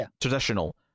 Traditional